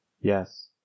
Yes